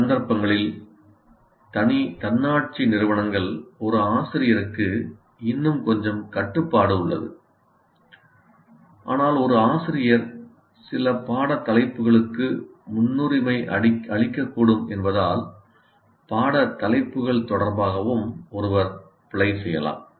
சில சந்தர்ப்பங்களில் தன்னாட்சி நிறுவனங்கள் ஒரு ஆசிரியருக்கு இன்னும் கொஞ்சம் கட்டுப்பாடு உள்ளது ஆனால் ஒரு ஆசிரியர் சில பாட தலைப்புகளுக்கு முன்னுரிமை அளிக்கக்கூடும் என்பதால் பாட தலைப்புகள் தொடர்பாகவும் ஒருவர் பிழை செய்யலாம்